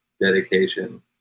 dedication